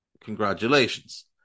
Congratulations